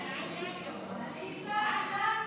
שלוש דקות, בבקשה.